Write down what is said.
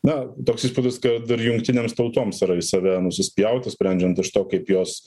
na toks įspūdis kad dar jungtinėms tautoms yra į save nusispjauti sprendžiant iš to kaip jos